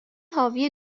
حاوی